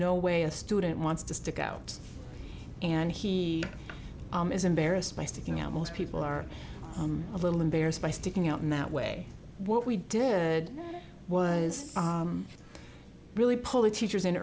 no way a student wants to stick out and he is embarrassed by sticking out most people are a little embarrassed by sticking out in that way what we did was really pull the teachers in